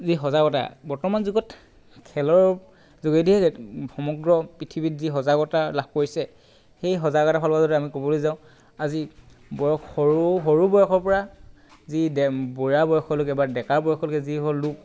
যি সজাগতা বৰ্তমান যুগত খেলৰ যোগেদিয়ে সমগ্ৰ পৃথিৱীত যি সজাগতা লাভ কৰিছে সেই সজাগতাৰ ফালৰ পৰা যদি আমি ক'বলৈ যাওঁ আজি বৰ সৰু সৰু বয়সৰ পৰা যি ডে বুঢ়া বয়সলৈকে বা যি ডেকা বয়সলৈকে যিসকল লোক